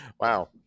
Wow